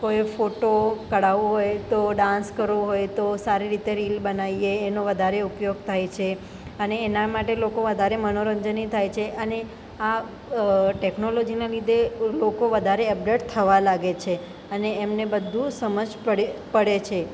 કોઈ ફોટો કઢાવો હોય તો ડાન્સ કરવો હોય તો સારી રીતે રીલ બનાવીએ એનો વધારે ઉપયોગ થાય છે અને એના માટે લોકો વધારે મનોરંજની થાય છે અને આ ટેક્નોલોજીના લીધે લોકો વધારે અપગ્રેડ થવા લાગે છે અને એમને બધું સમજ પડે પડે છે